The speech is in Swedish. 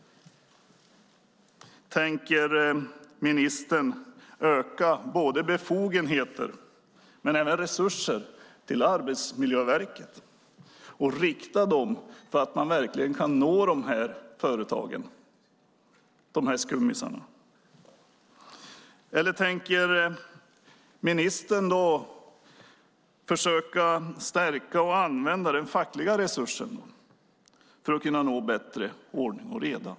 Tänker ministern öka befogenheter och resurser till Arbetsmiljöverket och rikta dem så att man kan nå dessa skumma företag? Tänker ministern försöka stärka och använda den fackliga resursen för att nå bättre ordning och reda?